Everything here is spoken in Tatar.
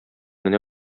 генә